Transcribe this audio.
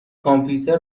کامپیوتر